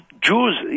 Jews